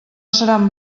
seran